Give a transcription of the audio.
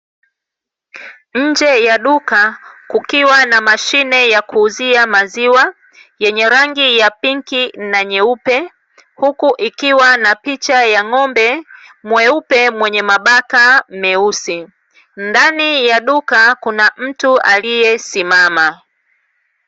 Nje ya duka kukiwa na mashine ya kuuzia maziwa yenye rangi ya pinki na nyeupe, huku ikiwa na picha ya ng'ombe mweupe mwenye mabaka meusi. Ndani ya duka kuna mtu aliyesimama.